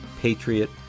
patriot